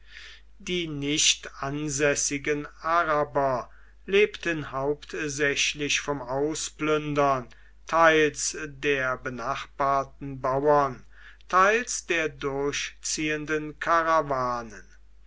die nicht ansässigen araber lebten hauptsächlich vom ausplündern teils der benachbarten bauern teils der durchziehenden karawanen